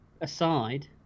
aside